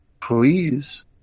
please